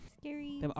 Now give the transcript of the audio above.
Scary